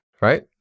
right